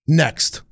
next